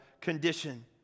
condition